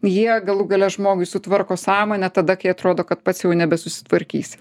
jie galų gale žmogui sutvarko sąmonę tada kai atrodo kad pats jau nebesusitvarkysi